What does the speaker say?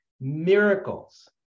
miracles